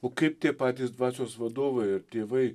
o kaip tie patys dvasios vadovai ir tėvai